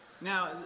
Now